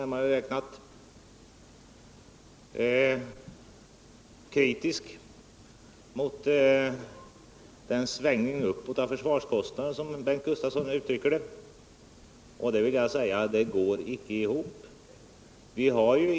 Vidare var Bengt Gustavsson kritisk mot en svängning uppåt av försvarskostnaderna, som han uttryckte sig. Men jag vill understryka att det resonemanget icke går ihop.